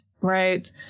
right